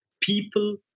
people